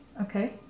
Okay